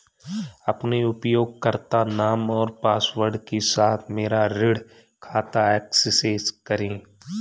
अपने उपयोगकर्ता नाम और पासवर्ड के साथ मेरा ऋण खाता एक्सेस करें